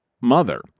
mother